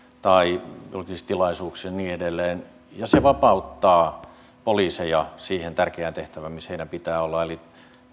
tai julkisissa tilaisuuksissa ja niin edelleen se vapauttaa poliiseja siihen tärkeään tehtävään missä heidän pitää olla eli